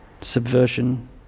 subversion